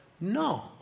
no